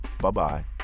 Bye-bye